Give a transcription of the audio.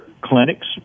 clinics